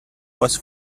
was